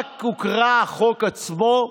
רק הוקרא החוק עצמו,